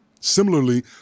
Similarly